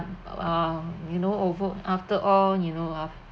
uh you know over after all you know of